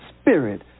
spirit